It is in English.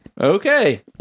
Okay